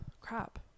crap